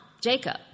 Jacob